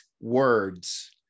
words